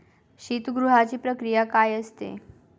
शीतगृहाची प्रक्रिया काय असते?